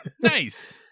Nice